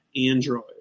Android